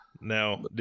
Now